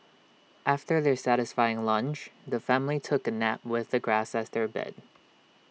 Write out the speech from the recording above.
after their satisfying lunch the family took A nap with the grass as their bed